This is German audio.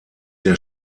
der